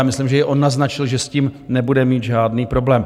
Já myslím, že i on naznačil, že s tím nebude mít žádný problém.